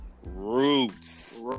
Roots